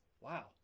Wow